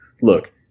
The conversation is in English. look